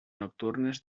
nocturnes